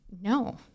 no